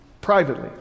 privately